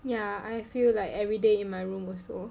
yeah I feel like everyday in my room also